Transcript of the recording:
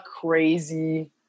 crazy